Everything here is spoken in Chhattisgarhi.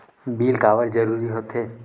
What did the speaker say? बिल काबर जरूरी होथे?